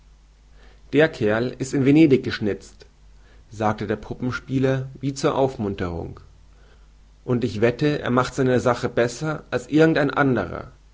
der kerl ist in venedig geschnitzt sagte der puppenspieler wie zur aufmunterung und ich wette er macht seine sache besser als irgend ein anderer